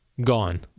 Gone